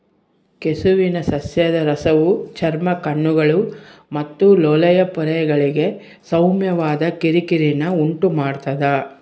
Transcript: ಕೆಸುವಿನ ಸಸ್ಯದ ರಸವು ಚರ್ಮ ಕಣ್ಣುಗಳು ಮತ್ತು ಲೋಳೆಯ ಪೊರೆಗಳಿಗೆ ಸೌಮ್ಯವಾದ ಕಿರಿಕಿರಿನ ಉಂಟುಮಾಡ್ತದ